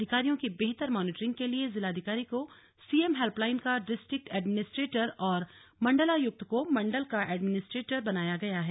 अधिकारियों की बेहतर मानीटरिंग के लिए जिलाधिकारी को सीएम हेल्पलाइन का डिस्ट्रिक्ट एडमिनिस्ट्रेटर और मंडलायुक्त को मंडल का एडमिनिस्ट्रेटर बनाया गया है